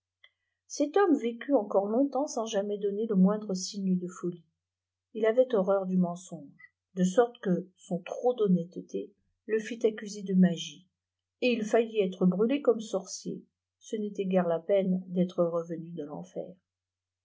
cet homme vécût encore longtemps sans jamais donn le moindre signe de folie il avait horreur du mensonge de sorte que son trop d'honnêteté le fit accuser de magie et il faillit être brûlé comme sorcier ce n'était guère la peine d'être revenu de l'enfer